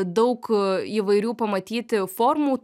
daug įvairių pamatyti formų